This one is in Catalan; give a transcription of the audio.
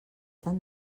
tan